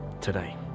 today